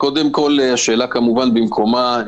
השאלה במקומה,